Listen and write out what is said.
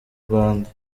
rwanda